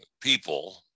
people